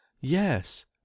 Yes